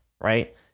right